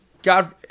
God